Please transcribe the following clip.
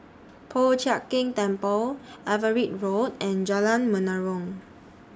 Po Chiak Keng Temple Everitt Road and Jalan Menarong